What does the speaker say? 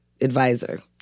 advisor